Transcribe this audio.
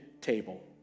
table